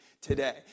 today